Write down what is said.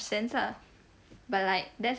sense ah but like that's